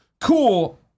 cool